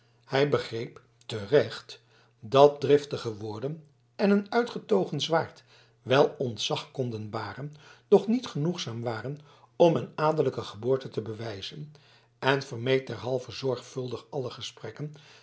hij begreep te recht dat driftige woorden en een uitgetogen zwaard wel ontzag konden baren doch niet genoegzaam waren om een adellijke geboorte te bewijzen en vermeed derhalve zorgvuldig alle gesprekken